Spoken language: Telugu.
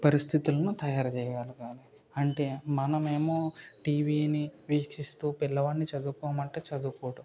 పరిస్థితులను తయారు చేయగలగాలి అంటే మనమేమో టీవీని వీక్షిస్తూ పిల్లవాడిని చదువుకోమంటే చదువుకోడు